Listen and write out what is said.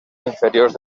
inferiors